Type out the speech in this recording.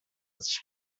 sich